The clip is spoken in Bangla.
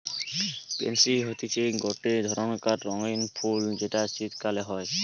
পেনসি হতিছে গটে ধরণকার রঙ্গীন ফুল যেটা শীতকালে হই